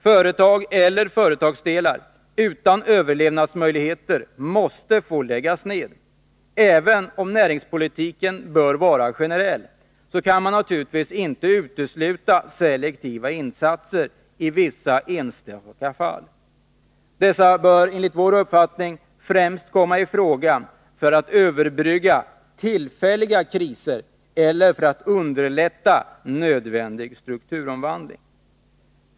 Företag eller företagsdelar utan överlevnadsmöjligheter måste få läggas ned. Även om näringspolitiken bör vara generell, kan man naturligtvis inte utesluta selektiva insatser i vissa enstaka fall. Dessa bör enligt vår uppfattning främst komma i fråga endast för att överbrygga tillfälliga kriser eller för att underlätta nödvändig strukturomvandling.